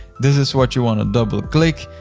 this is what you wanna double click.